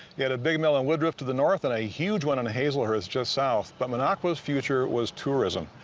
you had a big mill in woodruff to the north and a huge one in hazelhurst just south but minocqua's future was tourism.